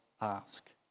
ask